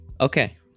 okay